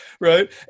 right